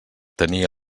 tenia